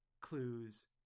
clues